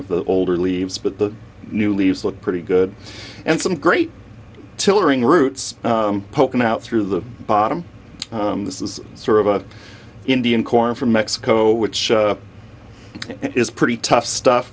of the older leaves but the new leaves look pretty good and some great tilling roots poking out through the bottom this is sort of a indian corn from mexico which it is pretty tough stuff